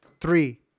Three